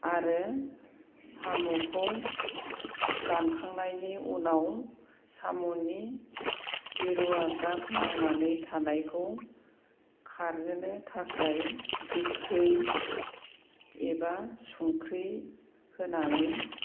आरो साम'खौ दानखांनायनि उनाव साम'नि गेरुवा गाब नांनानै थानायखौ खारहोनो थाखाय गोखै एबा संख्रि होनानै